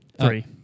Three